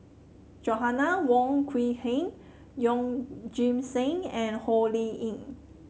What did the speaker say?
Joanna Wong Quee Heng Yeoh Ghim Seng and Ho Lee Ling